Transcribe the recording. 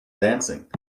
dancing